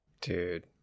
Dude